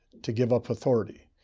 to give up authority.